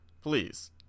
Please